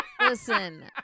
Listen